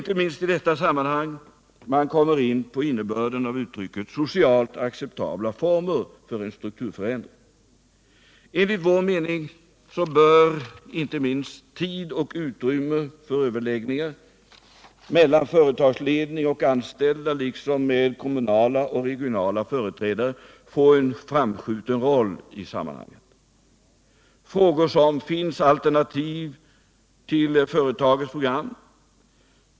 Inte minst i detta sammanhang kommer man in på innebörden av uttrycket ” socialt acceptabla former” för strukturförändringen. Enligt vår mening bör inte minst överläggningar mellan företagsledning och anställda liksom med kommunala och regionala företrädare få en framskjuten roll i sammanhanget. Frågor som skall kunna diskuteras och besvaras är bl.a. dessa: Finns alternativ till företagens program?